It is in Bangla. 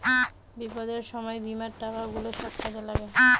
বিপদের সময় বীমার টাকা গুলা সব কাজে লাগে